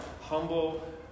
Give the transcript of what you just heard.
humble